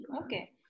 Okay